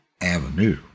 Avenue